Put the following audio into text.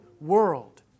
world